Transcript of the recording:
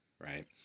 right